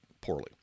poorly